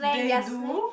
they do